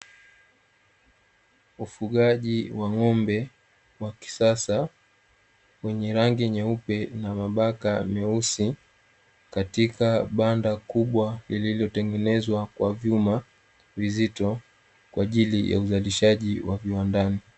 Ufugaji wa ng'ombe wa kisasa wenye rangi nyeupe na mabaka meusi, katika banda kubwa lililotengenezwa kwa vyuma vizito kwa ajili ya uzalishaji wa viwandani.